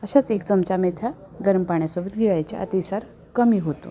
अशाच एक चमचा मेथ्या गरम पाण्यासोबत गिळायच्या अतिसार कमी होतो